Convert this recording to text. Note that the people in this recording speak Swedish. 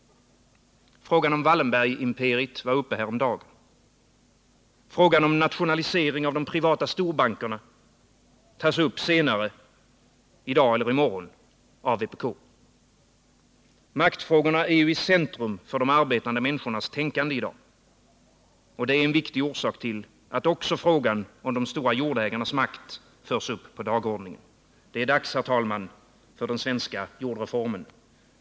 Frågan om Wallenbergimperiet var uppe häromdagen. Frågan om nationalisering av de privata storbankerna tas upp av vpk senare i dag eller i morgon. Maktfrågorna är i centrum för de arbetande människornas tänkande i dag. Det är en viktig orsak till att också frågan om de stora jordägarnas makt förs upp på dagordningen. Det är dags, herr talman, för den svenska jordreformen.